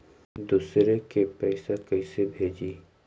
दुसरे के पैसा कैसे भेजी?